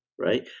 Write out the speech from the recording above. right